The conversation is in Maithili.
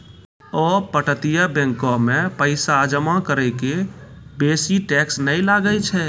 अपतटीय बैंको मे पैसा जमा करै के बेसी टैक्स नै लागै छै